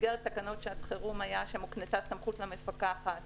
במסגרת תקנות שעת חירום, שם הוקנתה סמכות למפקחת